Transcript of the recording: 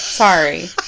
Sorry